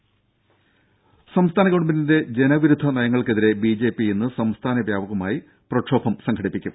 രുര സംസ്ഥാന ഗവൺമെന്റിന്റെ ജനവിരുദ്ധ നയങ്ങൾക്കെതിരെ ബിജെപി ഇന്ന് സംസ്ഥാനവ്യാപകമായി പ്രക്ഷോഭം സംഘടിപ്പിക്കും